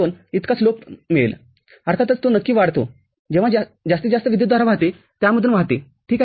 २ इतका स्लोप मिळेलअर्थातच जो नक्कीच वाढतो जेव्हा जास्तीत जास्त विद्युतधारा वाहते त्यामधून वाहते ठीक आहे